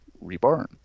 reborn